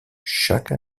chaque